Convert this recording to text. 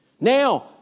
Now